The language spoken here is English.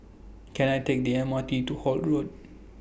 Can I Take The M R T to Holt Road